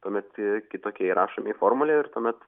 tuomet kitokie įrašomi į formulę ir tuomet